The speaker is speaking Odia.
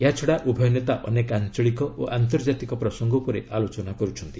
ଏହାଛଡ଼ା ଉଭୟ ନେତା ଅନେକ ଆଞ୍ଚଳିକ ଓ ଆନ୍ତର୍ଜାତିକ ପ୍ରସଙ୍ଗ ଉପରେ ଆଲୋଚନା କରୁଛନ୍ତି